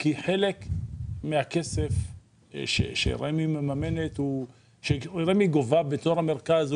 כי חלק מהכסף שרמ"י גובה במרכז,